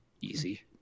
easy